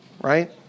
right